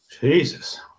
Jesus